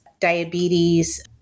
diabetes